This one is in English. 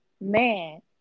man